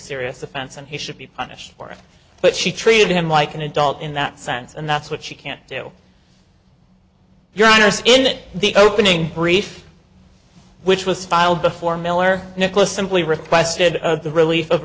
serious offense and he should be punished for it but she treated him like an adult in that sense and that's what she can't do your honor is in it the opening brief which was filed before miller nicholas simply requested the relief of